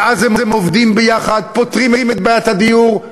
ואז הם עובדים ביחד ופותרים את בעיית הדיור.